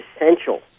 essential